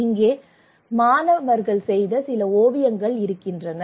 இங்கே மாணவர்கள் செய்த சில ஓவியங்கள் இருக்கின்றன